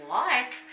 life